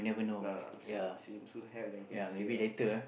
nah nah soon lah see him soon have then can it's here ah